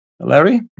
Larry